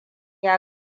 ya